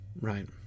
right